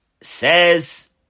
Says